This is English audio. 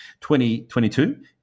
2022